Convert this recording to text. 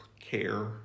care